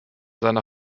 seiner